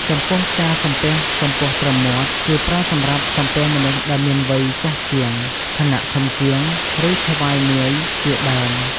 ចំំពោះការសំពះកម្ពស់ត្រឹមមាត់ គឺប្រើសម្រាប់សំពះមនុស្សដែលមាន វ័យចាស់ជាង ឋានៈធំជាង ឬចៅហ្វាយនាយជាដើម។